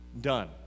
done